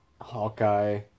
Hawkeye